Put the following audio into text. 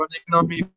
economy